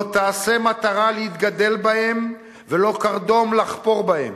לא תעשם עטרה להתגדל בהם ולא קרדום לחפור בהם.